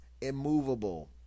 immovable